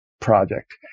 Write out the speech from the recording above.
project